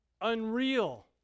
unreal